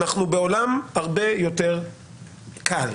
אנחנו בעולם הרבה יותר קל.